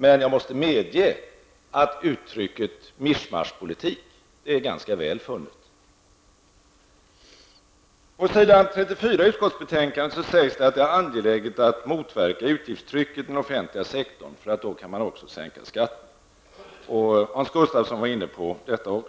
Men jag måste medge att uttrycket mischmaschpolitik är ganska väl funnet. På s. 34 i utskottsbetänkandet sägs det att det är angeläget att motverka utgiftstrycket i den offentliga sektorn, eftersom man då också kan sänka skatten. Hans Gustafsson var också inne på detta.